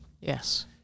Yes